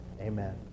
amen